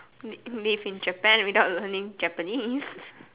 live live in Japan without learning Japanese